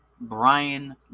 Brian